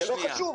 זה לא חשוב?